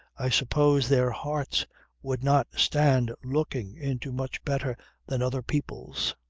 i suppose their hearts would not stand looking into much better than other people's.